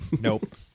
Nope